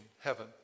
heaven